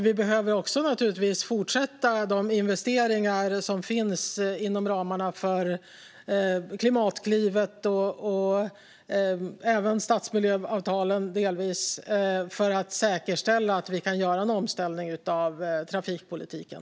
Vi behöver naturligtvis också fortsätta med de investeringar som finns inom ramarna för Klimatklivet, och delvis även stadsmiljöavtalen, för att säkerställa att vi kan göra en omställning av trafikpolitiken.